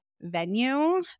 venue